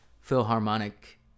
Philharmonic